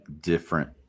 different